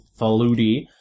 Faludi